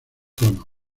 tonos